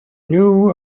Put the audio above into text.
knew